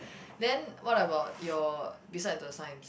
then what about your beside the sign